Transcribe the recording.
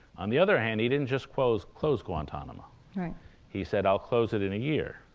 on the other hand, he didn't just close close guantanamo right he said, i'll close it in a year.